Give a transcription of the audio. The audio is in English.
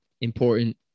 important